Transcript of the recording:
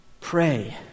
pray